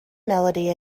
melody